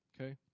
okay